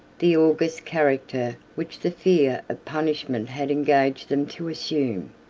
the august character which the fear of punishment had engaged them to assume,